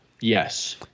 Yes